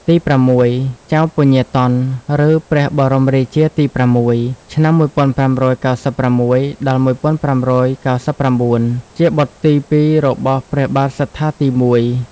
ទីប្រាំមួយ ចៅពញាតន់ ឬ ព្រះបរមរាជាទី៦ (ឆ្នាំ ១៥៩៦-១៥៩៩) ជាបុត្រទី ២ របស់ព្រះបាទសត្ថាទី១។